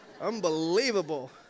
Unbelievable